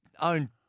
own